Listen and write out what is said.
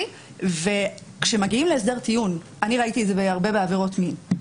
אני ראיתי את זה הרבה בעבירות מין,